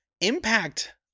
impact